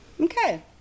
Okay